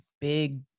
big